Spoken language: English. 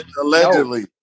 Allegedly